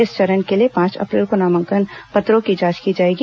इस चरण के लिए पांच अप्रैल को नामांकन पत्रों की जांच की जाएगी